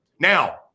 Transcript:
Now